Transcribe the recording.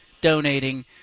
donating